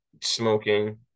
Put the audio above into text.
smoking